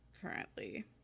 currently